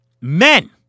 men